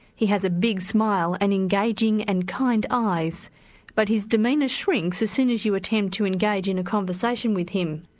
he has a big smile and engaging and kind eyes but his demeanour shrinks as soon as you attempt to engage in a conversation with him.